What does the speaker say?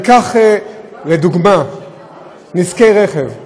ניקח לדוגמה נזקי רכב: